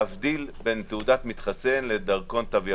להבחין בין תעודת מתחסן לדרכון תו ירוק,